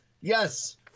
Yes